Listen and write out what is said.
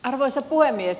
arvoisa puhemies